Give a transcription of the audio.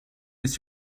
نیست